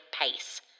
pace